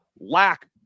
lack